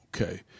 Okay